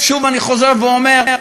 שוב אני חוזר ואומר,